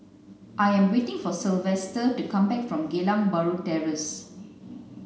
I am waiting for Silvester to come back from Geylang Bahru Terrace